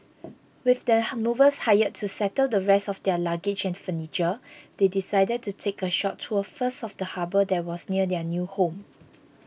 with the movers hired to settle the rest of their luggage and furniture they decided to take a short tour first of the harbour that was near their new home